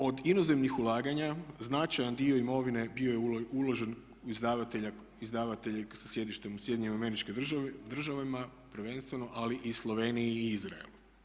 Od inozemnih ulaganja značajan dio imovine bio je uložen u izdavatelje sa sjedištem u SAD-u prvenstveno, ali i Sloveniji i Izraelu.